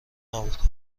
نبود